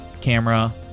camera